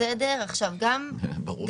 ברור שהיא תהיה יותר גבוהה.